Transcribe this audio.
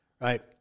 right